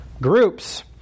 Groups